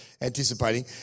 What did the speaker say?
anticipating